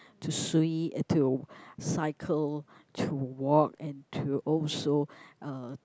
to swi~ to cycle to walk and to also uh